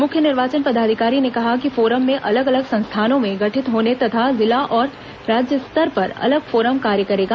मुख्य निर्वाचन पदाधिकारी ने कहा कि फोरम में अलग अलग संस्थानों में गठित होंगे तथा जिला और राज्य स्तर पर अलग फोरम कार्य करेगा